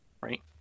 right